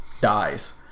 dies